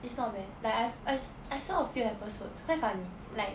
it's not bad like I've I I saw a few episodes quite funny like